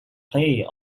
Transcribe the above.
play